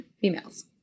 females